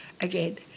again